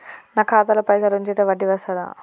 నాకు ఖాతాలో పైసలు ఉంచితే వడ్డీ వస్తదా?